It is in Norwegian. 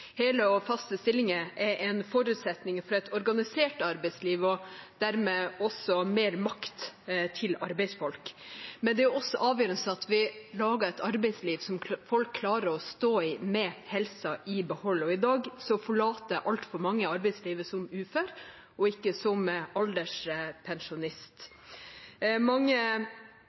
Hele og faste stillinger er en forutsetning for et organisert arbeidsliv og dermed mer makt til arbeidsfolk, men det er også avgjørende at vi lager et arbeidsliv som folk klarer å stå i med helsa i behold. I dag forlater altfor mange arbeidslivet som ufør og ikke som alderspensjonist. Mange